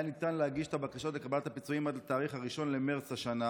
היה ניתן להגיש את הבקשות לקבלת הפיצויים עד לתאריך 1 במרץ השנה.